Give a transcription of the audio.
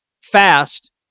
fast